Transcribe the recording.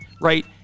right